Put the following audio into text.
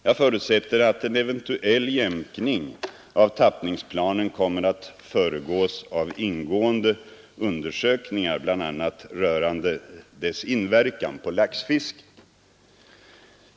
Jag förutsätter att en eventuell jämkning av tappningsplanen kommer att föregås av ingående undersökningar bl.a. rörande dess inverkan på laxfisket.